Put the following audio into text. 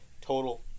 total